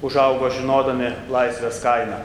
užaugo žinodami laisvės kainą